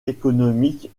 économique